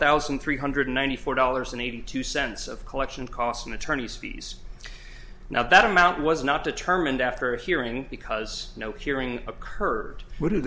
thousand three hundred ninety four dollars and eighty two cents of collection costs and attorney's fees now that amount was not determined after a hearing because no hearing occurred wouldn't